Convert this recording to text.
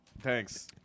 Thanks